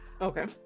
Okay